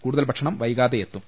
കൂടുതൽ ഭക്ഷണം വൈകാതെ എത്തും